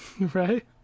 Right